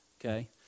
okay